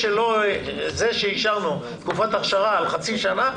זה שאישרנו תקופת אכשרה על חצי שנה,